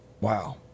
wow